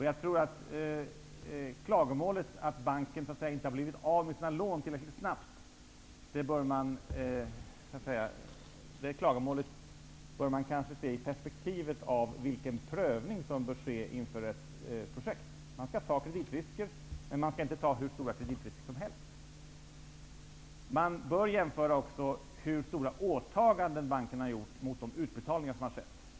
Jag tror att man bör se klagomålet över att banken inte tillräckligt snabbt har utbetalat sina medel i perspektivet av den prövning som bör ske inför ett projekt. Man skall ta kreditrisker, men inte hur stora sådana som helst. Man kan också jämföra hur stora utbetalningar banken har gjort med storleken av bankens åtaganden.